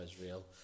israel